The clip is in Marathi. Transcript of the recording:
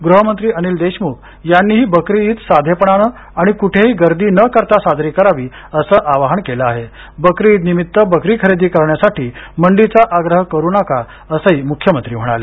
गृहमंत्री अनिल देशमुख यांनीही बकरी ईद साधेपणाने आणि कुठेही गर्दी न करता साजरी करावी असं आवाहन केलं आहेबकरी ईद निमित्त बकरी खरेदी करण्यासाठी मंडीचा आग्रह करू नका असंही मुख्यमंत्री म्हणाले